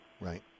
Right